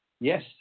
Yes